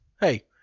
Hey